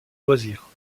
loisirs